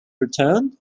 return